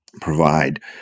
provide